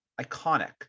Iconic